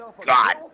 god